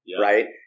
Right